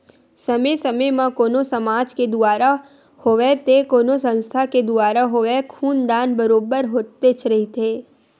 समे समे म कोनो समाज के दुवारा होवय ते कोनो संस्था के दुवारा होवय खून दान बरोबर होतेच रहिथे